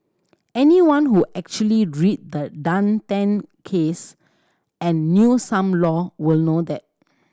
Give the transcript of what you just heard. anyone who actually read the Dan Tan case and knew some law will know that